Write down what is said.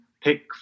pick